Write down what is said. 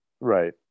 Right